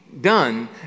done